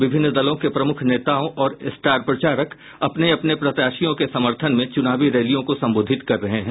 विभिन्न दलों के प्रमुख नेताओं और स्टार प्रचारक अपने अपने प्रत्याशियों के समर्थन में चुनावी रैलियों को संबोधित कर रहे हैं